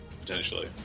Potentially